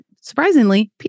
surprisingly